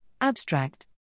Abstract